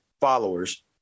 followers